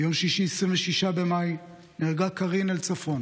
ביום שישי 26 במאי נהרגה קארין אל-צפון,